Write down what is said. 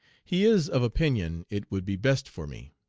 he is of opinion it would be best for me.